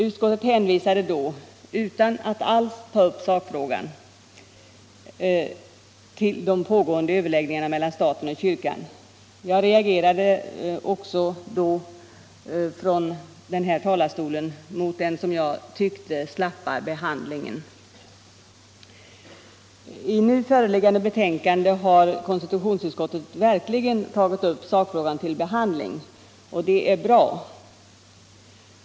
Utskottet hänvisade då — utan att alls ta upp sakfrågan — till de pågående överläggningarna mellan staten och kyrkan. Jag reagerade den gången här från talarstolen mot den — som jag tyckte — slappa behandlingen. I nu föreliggande betänkande har konstitutionsutskottet verkligen tagit upp sakfrågan till behandling, och det är bra.